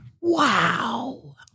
Wow